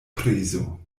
prezo